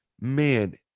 Man